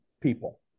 people